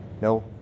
No